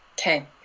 Okay